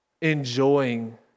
enjoying